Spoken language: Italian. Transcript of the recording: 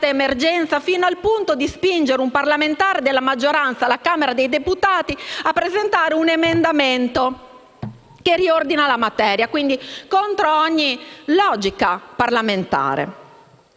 emergenza, fino al punto di spingere un parlamentare della maggioranza alla Camera dei deputati a presentare un emendamento che riordina la materia, e quindi contro ogni logica parlamentare?